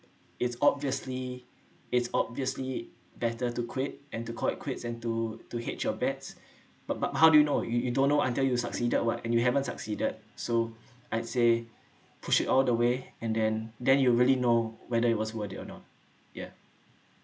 it's obviously it's obviously better to quit and to call it quits and to to hate your bets but but how do you know you you don't know until you succeeded what and you haven't succeeded so I'd say push it all the way and then then you really know whether it was worth it or not yeah